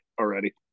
already